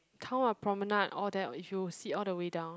town ah Promenade all there if you sit all the way down